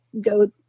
go